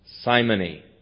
simony